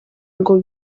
ngo